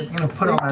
gonna put on